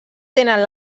tenen